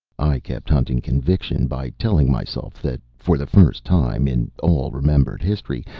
i kept hunting conviction by telling myself that, for the first time in all remembered history,